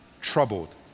troubled